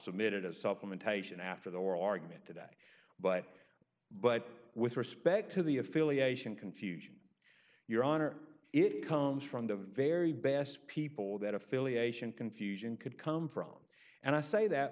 submit it as supplementation after the oral argument today but but with respect to the affiliation confusion your honor it comes from the very best people that affiliation confusion could come from and i say that